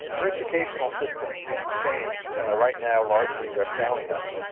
our educational systems need to change. right now largely they are failing us.